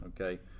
Okay